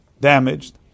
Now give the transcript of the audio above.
damaged